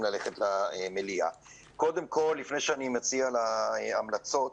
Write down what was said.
קודם כל, לפני שאני מציע המלצות,